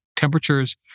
temperatures